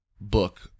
book